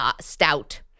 stout